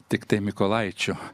tiktai mykolaičio